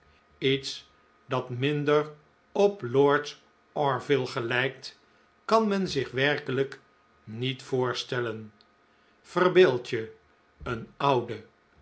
lets dat minder op lord orville gelijkt kan men zich werkelijk niet voorstellen verbeeld je een ouden